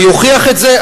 ויוכיח את זה,